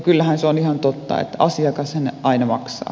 kyllähän se on ihan totta että asiakashan ne aina maksaa